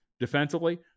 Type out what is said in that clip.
defensively